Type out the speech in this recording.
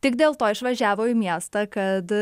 tik dėl to išvažiavo į miestą kad